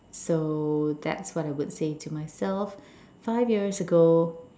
so that's what I would say to myself five years ago